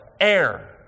air